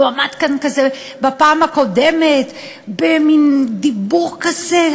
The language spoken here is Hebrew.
הוא עמד כאן כזה בפעם הקודמת במין דיבור כזה,